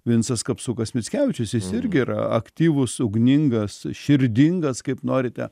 vincas kapsukas mickevičius jis irgi yra aktyvus ugningas širdingas kaip norite